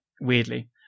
Weirdly